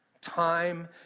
time